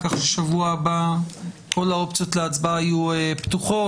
כך שבשבוע הבא כל האופציות להצבעה יהיו פתוחות.